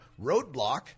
roadblock